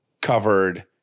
covered